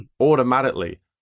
automatically